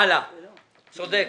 צודק.